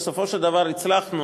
בסופו של דבר הצלחנו,